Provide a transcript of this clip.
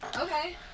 Okay